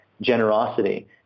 generosity